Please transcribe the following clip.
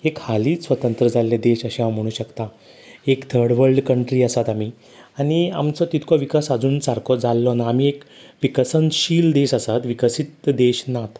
एक हालींच स्वातंत्र जाल्लें देश अशें हांव म्हणूं शकता एक थर्ड वर्ल्ड कंट्री आसात आमी आनी आमचो तितको विकास आजून सारको जाल्लो ना आमी एक विकसनशील देश आसात विकसीत देश नात